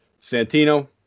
Santino